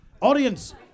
Audience